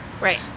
right